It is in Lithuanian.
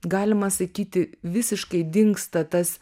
galima sakyti visiškai dingsta tas